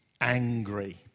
angry